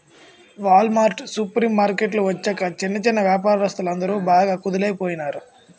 wall mart supermarket వచ్చాక చిన్న చిన్నా వ్యాపారస్తులందరు బాగా కుదేలయిపోనారు